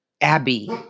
Abby